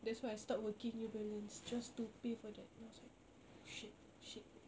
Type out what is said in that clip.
that's why I start working New Balance just to pay for that then I was like oh shit oh shit